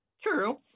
True